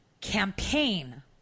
campaign